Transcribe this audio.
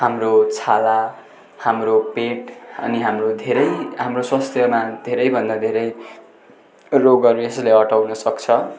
हाम्रो छाला हाम्रो पेट अनि हाम्रो धेरै हाम्रो स्वास्थ्यमा धेरैभन्दा धेरै रोगहरू यसले हटाउन सक्छ